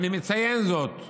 רק